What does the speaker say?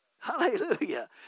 Hallelujah